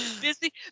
Busy